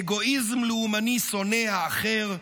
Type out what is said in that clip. אגוזאיזם לאומני שונא האחר,